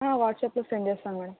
వాట్సాప్లో సెండ్ చేస్తాను మేడం